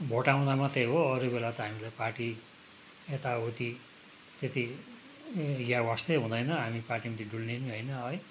vote आउँदा मात्रै हो अरू बेला त हामीलाई पार्टी यता उति त्यति या वास्तै हुँदैन हामी पार्टीमा त्यति डुल्ने पनि होइन है